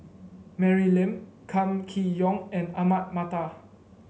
Mary Lim Kam Kee Yong and Ahmad Mattar